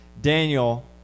Daniel